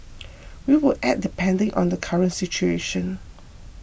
we will act depending on the current situation